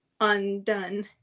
undone